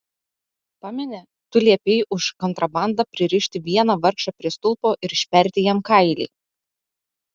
pameni tu liepei už kontrabandą pririšti vieną vargšą prie stulpo ir išperti jam kailį